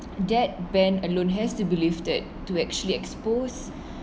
that ban alone has to believe that to actually expose